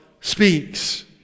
speaks